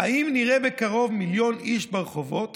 האם נראה בקרוב מיליון איש ברחובות